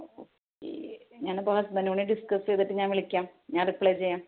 okay ഞാൻ അപ്പോൾ ഹസ്ബന്നൂണെ ഡിസ്കസ് ചെയ്തിട്ട് ഞാന് വിളിക്കാം ഞാന് റിപ്ലെ ചെയ്യാം